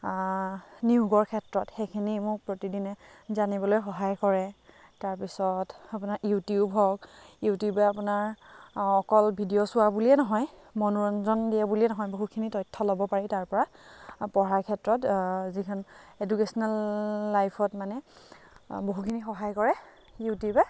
নিয়োগৰ ক্ষেত্ৰত সেইখিনি মোক প্ৰতিদিনে জানিবলৈ সহায় কৰে তাৰপিছত আপোনাৰ ইউটিউব হওক ইউটিউবে আপোনাৰ অকল ভিডিঅ' চোৱা বুলিয়ে নহয় মনোৰঞ্জন দিয়ে বুলিয়ে নহয় বহুতখিনি তথ্য ল'ব পাৰি তাৰ পৰা পঢ়াৰ ক্ষেত্ৰত যিখন এডুকেচনেল লাইফত মানে বহুখিনি সহায় কৰে ইউটিউবে